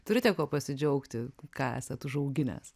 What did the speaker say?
turite kuo pasidžiaugti ką esat užauginęs